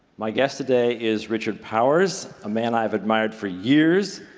my guest today is richard powers, a man i've admired for years.